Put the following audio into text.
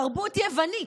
תרבות יוונית.